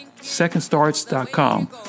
secondstarts.com